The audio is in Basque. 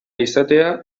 izatea